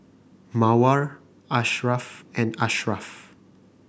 Mawar Asharaff and Ashraff